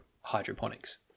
hydroponics